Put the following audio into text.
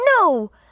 No